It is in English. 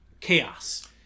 chaos